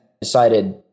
decided